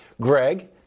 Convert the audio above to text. Greg